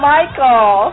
Michael